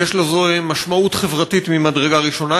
יש לזה משמעות חברתית ממדרגה ראשונה,